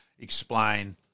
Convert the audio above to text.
Explain